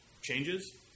changes